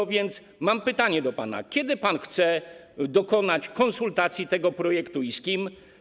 A więc mam pytanie do pana: Kiedy pan chce dokonać konsultacji tego projektu i z kim?